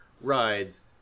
rides